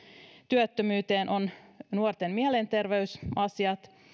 työttömyyteen ovat nuorten mielenterveysasiat